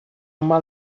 uma